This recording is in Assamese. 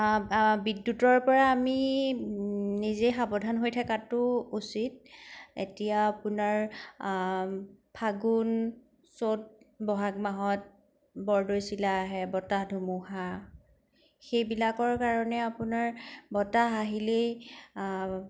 বিদ্যুতৰ পৰা আমি নিজেই সাৱধান হৈ থকাটো উচিত এতিয়া আপোনাৰ ফাগুন চ'ত ব'হাগ মাহত বৰদৈচিলা আহে বতাহ ধুমুহা সেইবিলাকৰ কাৰণে আপোনাৰ বতাহ আহিলেই